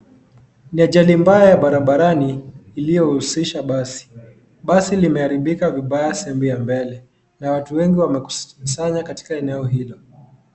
Ni ajali mbaya ya barabarani iliyohusisha basi, basi limeharibika vibaya sehemu ya mbele na watu wengi wamejikusanya katika eneo hilo.